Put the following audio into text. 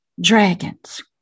Dragons